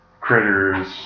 Critters